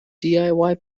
diy